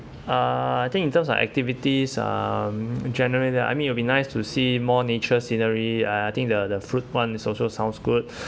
uh I think in terms of activities um generally I mean will be nice to see more nature scenery uh I think the the fruit [one] is also sounds good